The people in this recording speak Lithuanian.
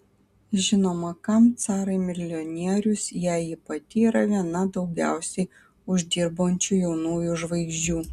žinoma kam carai milijonierius kai ji pati yra viena daugiausiai uždirbančių jaunųjų žvaigždžių